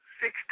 six